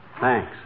Thanks